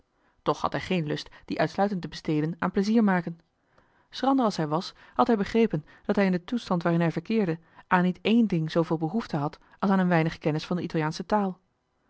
toch had hij geen lust die uitsluitend te besteden aan plezier maken schrander als hij was had hij begrepen dat hij in den toestand waarin hij verkeerde aan niet één ding zooveel behoefte had als aan een weinig kennis van de italiaansche taal